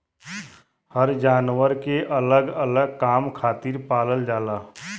हर जानवर के अलग अलग काम खातिर पालल जाला